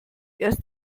erst